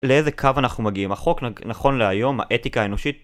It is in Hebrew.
לאיזה קו אנחנו מגיעים, החוק נכון להיום, האתיקה האנושית